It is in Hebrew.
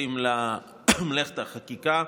הופכות למעשה חקיקה.